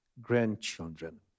grandchildren